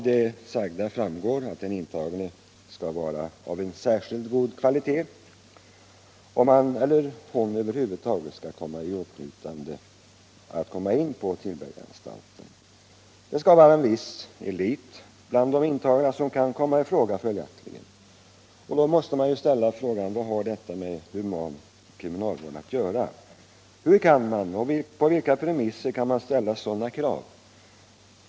Den intagne skall med andra ord ha särskilt goda egenskaper om han eller hon över huvud taget skall få åtnjuta förmånen att komma in på Tillbergaanstalten. Det skall följaktligen vara fråga om en viss elit bland de intagna. Då måste jag ställa frågan: Vad har detta med human kriminalvård att göra? På vilka premisser kan man ställa sådana krav?